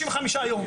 ימים.